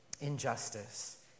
Injustice